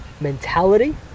mentality